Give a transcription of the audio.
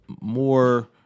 more